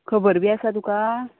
खबर बी आसा तुका